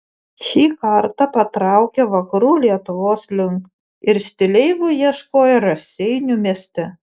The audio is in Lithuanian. šį kartą patraukė vakarų lietuvos link ir stileivų ieškojo raseinių mieste